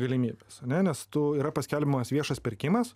galimybės ane nes tu yra paskelbiamas viešas pirkimas